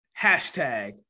hashtag